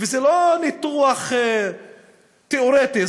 וזה לא ניתוח תיאורטי,